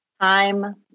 Time